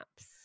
apps